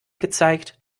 gezeigt